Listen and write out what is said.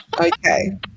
Okay